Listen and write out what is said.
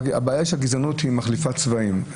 הבעיה היא שגזענות מחליפה צבעים.